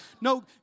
No